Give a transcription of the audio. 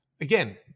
again